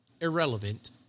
irrelevant